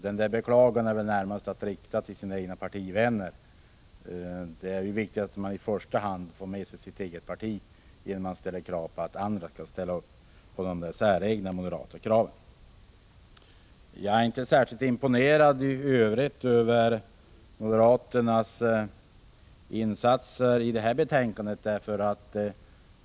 Denna beklagan är väl närmast att rikta till hans egna partivänner. Det är ju viktigt att i första hand få med sig sitt eget parti innan man ställer krav på att andra skall ställa upp på de säregna moderata kraven. Jag är inte särskilt imponerad i övrigt över moderaternas insatser i det här ärendet.